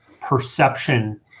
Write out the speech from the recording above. perception